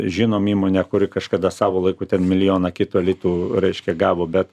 žinom įmonę kuri kažkada savo laiku ten milijoną kitą litų reiškia gavo bet